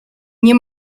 nie